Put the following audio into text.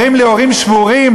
אומרים לי הורים שבורים,